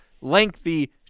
lengthy